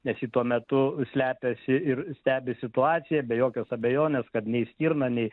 nes ji tuo metu slepiasi ir stebi situaciją be jokios abejonės kad nei stirna nei